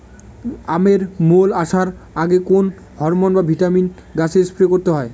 আমের মোল আসার আগে কোন হরমন বা ভিটামিন গাছে স্প্রে করতে হয়?